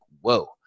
whoa